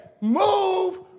move